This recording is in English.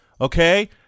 okay